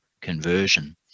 conversion